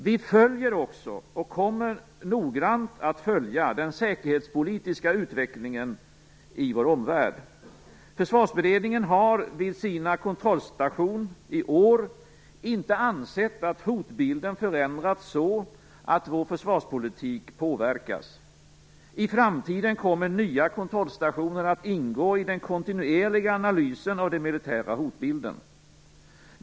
Vi följer också, och kommer noggrant att följa, den säkerhetspolitiska utvecklingen i vår omvärld. Försvarsberedningen har vid sin kontrollstation i år inte ansett att hotbilden förändrats så att vår försvarspolitik påverkas. I framtiden kommer nya kontrollstationer att ingå i den kontinuerliga analysen av den militära hotbilden.